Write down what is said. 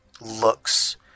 looks